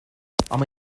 home